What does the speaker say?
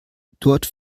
dort